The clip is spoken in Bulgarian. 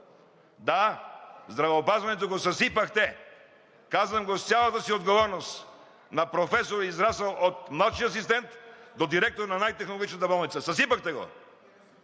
Да, здравеопазването го съсипахте! Казвам го с цялата си отговорност на професор, израсъл от младши асистент до директор на най-технологичната болница! Съсипахте го!